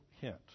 hint